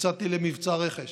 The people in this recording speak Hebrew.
יצאתי למבצע רכש,